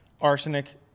Arsenic